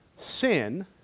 Sin